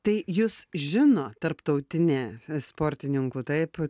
tai jus žino tarptautinį sportininkų taip